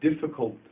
difficult